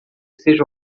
seja